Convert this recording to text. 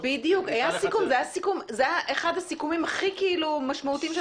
-- זה היה אחד הסיכומים הכי משמעותיים,